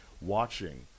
watching